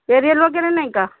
aerial वगैरे नाही का